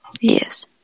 Yes